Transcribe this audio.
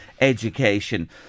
education